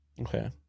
okay